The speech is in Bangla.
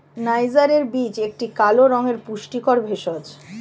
নাইজারের বীজ একটি কালো রঙের পুষ্টিকর ভেষজ